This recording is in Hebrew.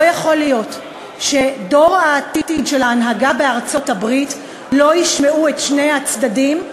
לא יכול להיות שדור העתיד של ההנהגה בארצות-הברית לא ישמע את כל הצדדים,